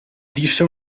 disse